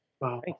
Wow